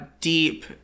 deep